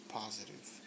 positive